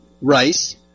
rice